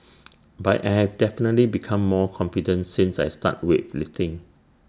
but I have definitely become more confident since I started weightlifting